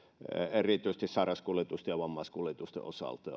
erityisesti sairaskuljetusten ja vammaiskuljetusten osalta